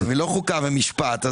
ולא חוקה ומשפט.